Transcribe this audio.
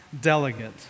delegate